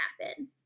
happen